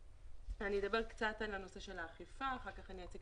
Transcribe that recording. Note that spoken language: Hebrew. אני אדבר קצת על הנושא של האכיפה ואחר כך אני אציג